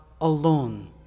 alone